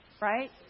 Right